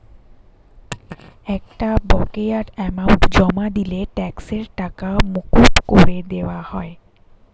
একটা বকেয়া অ্যামাউন্ট জমা দিলে ট্যাক্সের টাকা মকুব করে দেওয়া হয়